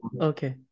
Okay